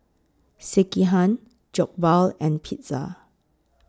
Sekihan Jokbal and Pizza